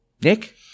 Nick